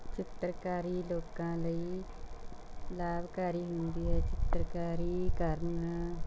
ਚਿੱਤਰਕਾਰੀ ਲੋਕਾਂ ਲਈ ਲਾਭਕਾਰੀ ਹੁੰਦੀ ਹੈ ਚਿੱਤਰਕਾਰੀ ਕਰਨ